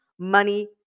money